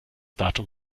datum